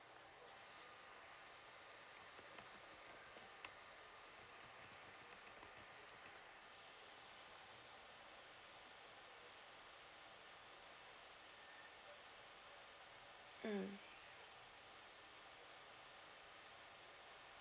mm